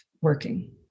working